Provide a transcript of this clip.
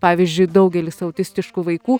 pavyzdžiui daugelis autistiškų vaikų